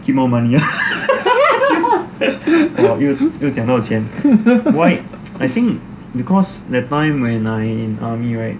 keep more money ah 又讲到钱 why I think because that time when I in army right